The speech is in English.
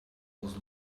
was